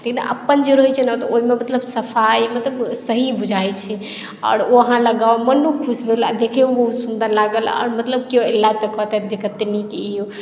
लेकिन अपन जे रहै छै ने ओहिमे मतलब सभ मतलब सफाई सही बुझाई छै आओर ओ अहाँ लगाउ मनो खुश भेल आओर देखियोमे बड़ सुन्दर लागल आओर मतलब केओ एलथि तऽ कहतथि जे कते नीक ई ओ